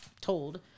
told